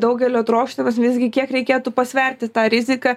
daugelio trokštamas visgi kiek reikėtų pasverti tą riziką